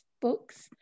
books